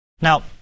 Now